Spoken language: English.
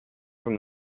from